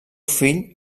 fill